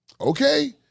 Okay